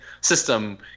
system